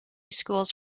schools